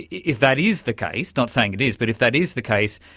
if that is the case not saying it is, but if that is the case,